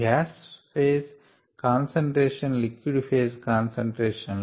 gas phase concentration liquid phase కాన్సంట్రేషన్లు